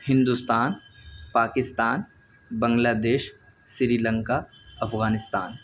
Hindustan Pakistan Bangladesh Sri Lanka Afghanistan